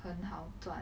很好赚